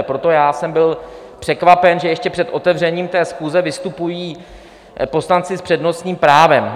Proto já jsem byl překvapen, že ještě před otevřením schůze vystupují poslanci s přednostním právem.